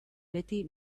beti